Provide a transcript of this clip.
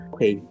Okay